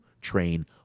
train